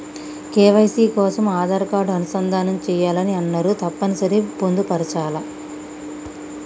KYC కోసం Aadhaar card అనుసంధానం చేయాలని అన్నరు తప్పని సరి పొందుపరచాలా?